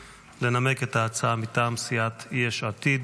הצעת חוק התגמולים לנפגעי פעולות איבה (תיקון,